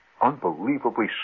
unbelievably